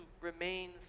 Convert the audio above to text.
remain